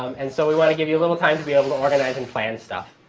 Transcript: and so we want to give you a little time to be able to organize and plan stuff.